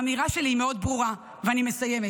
האמירה שלי היא מאוד ברורה, ואני מסיימת: